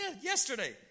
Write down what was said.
Yesterday